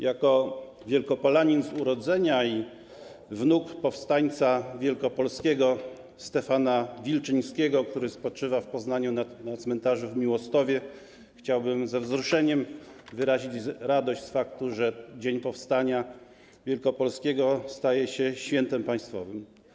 Jako Wielkopolanin z urodzenia i wnuk powstańca wielkopolskiego Stefana Wilczyńskiego, który spoczywa w Poznaniu na cmentarzu na Miłostowie, chciałbym ze wzruszeniem wyrazić radość z faktu, że dzień powstania wielkopolskiego staje się świętem państwowym.